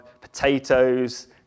potatoes